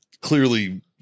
clearly